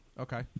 Okay